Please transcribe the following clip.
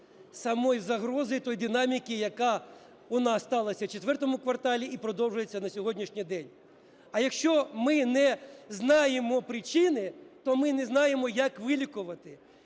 самої загрози тієї динаміки, яка у нас сталася в четвертому кварталі і продовжується на сьогоднішній день. А якщо ми не знаємо причини, то ми не знаємо, як вилікувати.